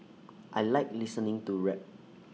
I Like listening to rap